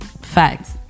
Facts